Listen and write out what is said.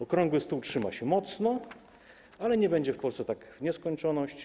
Okrągły stół trzyma się mocno, ale tak nie będzie w Polsce w nieskończoność.